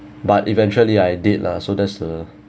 but eventually I did lah so that's the